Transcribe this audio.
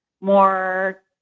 more